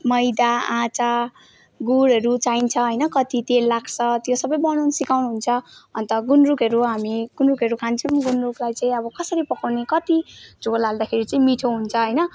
मैदा आँटा गुडहरू चाहिन्छ होइन कत्ति तेल लाग्छ त्यो सबै बनाउन सिकाउनु हुन्छ अन्त गुन्द्रुकहरू हामी गुन्द्रुकहरू खान्छौँ गुन्द्रुकलाई चाहिँ अब कसरी पकाउने कति झोल हाल्दाखेरि चाहिँ मिठो हुन्छ होइन